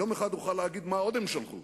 יום אחד אוכל להגיד מה עוד הם שלחו